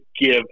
give